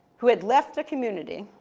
who had left the community,